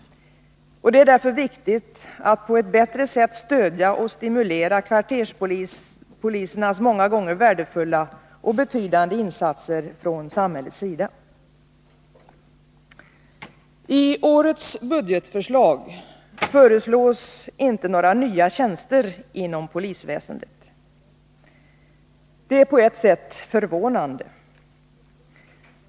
Det är därför viktigt att från samhällets sida på ett bättre sätt stödja och stimulera kvarterspolisernas många gånger värdefulla och betydande insatser. I årets budgetförslag föreslås inte några nya tjänster inom polisväsendet. Det är på ett sätt förvånande.